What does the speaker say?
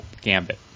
gambit